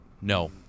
No